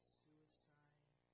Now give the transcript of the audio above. suicide